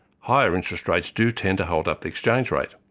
higher interest rates do tend to hold up the exchange rate.